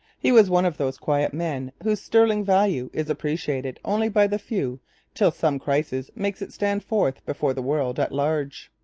he was one of those quiet men whose sterling value is appreciated only by the few till some crisis makes it stand forth before the world at large.